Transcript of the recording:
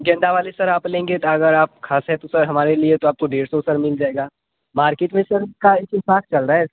गेंदा वाले सर आप लेंगे तो अगर आप खास हैं तो सर हमारे लिए तो आपको डेढ़ सौ सर मिल जाएगा मार्किट में सर का एक सौ साठ चल रहा है सर